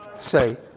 Say